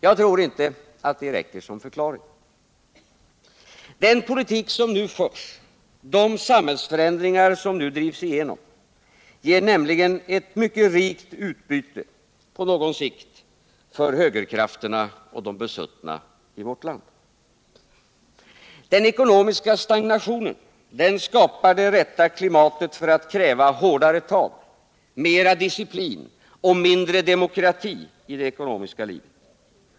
Jag tror inte att det räcker som förklaring. Den politik som nu förs, de samhällsförändringar som nu drivs igenom, ger nämligen ett mycket rikt utbyte på någon sikt för högerkrafterna och de besuttna i vårt land. Den ekonomiska stagnationen skapar det rätta klimatet för att kräva hårdare tag, mera disciplin och mindre demokrati i det ekonomiska livet.